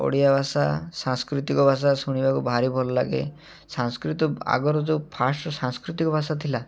ଓଡ଼ିଆ ଭାଷା ସାଂସ୍କୃତିକ ଭାଷା ଶୁଣିବାକୁ ଭାରି ଭଲ ଲାଗେ ସାଂସ୍କୃତି ଆଗର ଯେଉଁ ଫାଷ୍ଟ୍ ସାଂସ୍କୃତିକ ଭାଷା ଥିଲା